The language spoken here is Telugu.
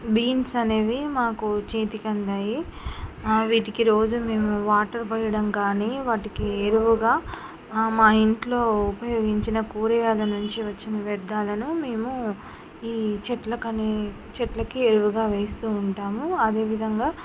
బీన్స్ అనేవి మాకు చేతికందాయి వీటికి రోజూ మేము వాటర్ పోయడం కానీ వాటికి ఎరువుగా మా ఇంట్లో ఉపయోగించిన కూరగాయల నుంచి వచ్చిన వ్యర్ధాలను మేము ఈ చెట్లకనీ చెట్లకి ఎరువుగా వేస్తూ ఉంటాము అదేవిధంగా